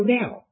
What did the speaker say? now